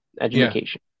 education